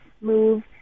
move